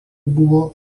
buvo